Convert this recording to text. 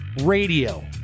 radio